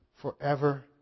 forever